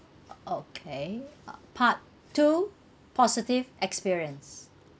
okay part two positive experience